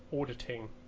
auditing